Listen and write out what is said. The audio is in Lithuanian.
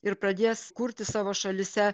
ir pradės kurti savo šalyse